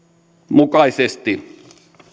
mukaisesti